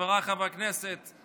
חבריי חברי הכנסת,